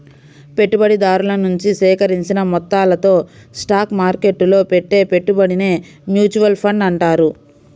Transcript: పెట్టుబడిదారుల నుంచి సేకరించిన మొత్తాలతో స్టాక్ మార్కెట్టులో పెట్టే పెట్టుబడినే మ్యూచువల్ ఫండ్ అంటారు